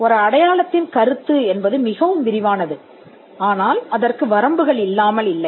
ஒரு அடையாளத்தின் கருத்து என்பது மிகவும் விரிவானது ஆனால் அதற்கு வரம்புகள் இல்லாமல் இல்லை